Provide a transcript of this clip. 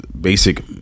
basic